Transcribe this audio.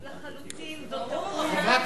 לחלוטין, זו טעות.